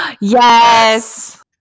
Yes